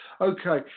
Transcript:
Okay